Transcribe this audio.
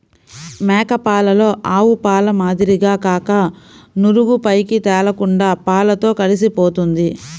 మేక పాలలో ఆవుపాల మాదిరిగా కాక నురుగు పైకి తేలకుండా పాలతో కలిసిపోతుంది